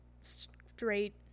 straight